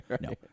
no